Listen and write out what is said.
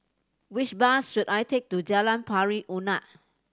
which bus should I take to Jalan Pari Unak